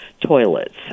toilets